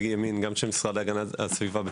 וגם של משרד הגנת הסביבה,